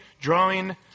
drawing